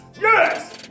Yes